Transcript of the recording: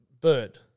Bird